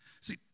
See